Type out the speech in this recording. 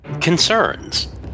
concerns